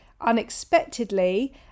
unexpectedly